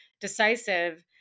decisive